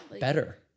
Better